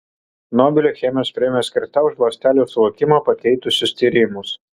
nobelio chemijos premija skirta už ląstelių suvokimą pakeitusius tyrimus